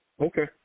Okay